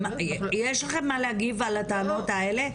יש לכם מה להגיב על הטענות האלה?